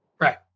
Right